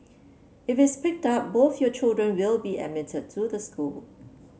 it picked up both your children will be admitted to the school